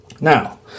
Now